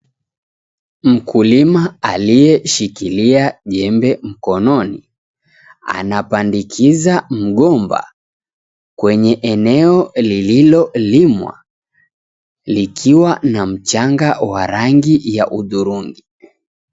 Mkulima aliyeshikilia jembe mkononi anapandikiza mgomba kwenye eneo lililolimwa likiwa na mchanga wa rangi ya hudhurungi.